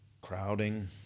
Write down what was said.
Crowding